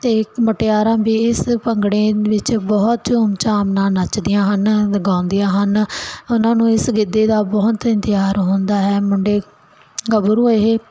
ਤੇ ਇੱਕ ਮੁਟਿਆਰਾਂ ਇਸ ਭੰਗੜੇ ਵਿੱਚ ਬਹੁਤ ਧੂਮ ਧਾਮ ਨਾਲ ਨੱਚਦੀਆਂ ਹਨ ਗਾਉਂਦੀਆਂ ਹਨ ਉਹਨਾਂ ਨੂੰ ਇਸ ਗਿੱਧੇ ਦਾ ਬਹੁਤ ਇਨਜਰ ਹੁੰਦਾ ਹੈ ਮੁੰਡੇ ਗਬਰੂ ਇਹ